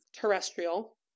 Terrestrial